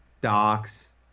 Docs